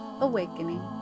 Awakening